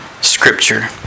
Scripture